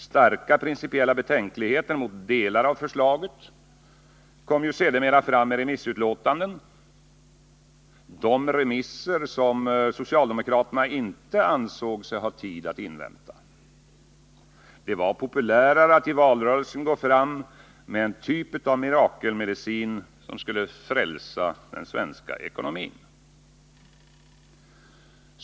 Starka principiella betänkligheter mot delar av förslaget kom sedermera fram i remissutlåtanden — de remisser som socialdemokraterna inte ansåg sig ha tid att invänta. Det var populärare att i valrörelsen gå fram med en typ av mirakelmedicin som skulle frälsa den svenska ekonomin.